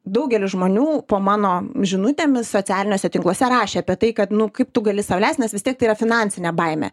daugelis žmonių po mano žinutėmis socialiniuose tinkluose rašė apie tai kad nu kaip tu gali sau leist nes vis tiek tai yra finansinė baimė